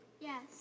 Yes